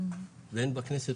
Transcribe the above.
ואין בכנסת,